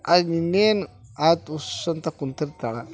ಆಯ್ತು ಇನ್ನೇನು ಆಯ್ತು ಉಸ್ ಅಂತ ಕುಂತಿರ್ತಾಳೆ